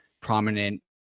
prominent